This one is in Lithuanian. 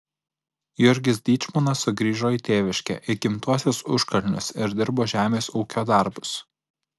jurgis dyčmonas sugrįžo į tėviškę į gimtuosius užkalnius ir dirbo žemės ūkio darbus